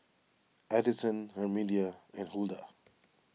Adyson Herminia and Hulda